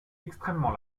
extrêmement